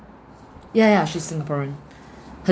ya ya she's singaporean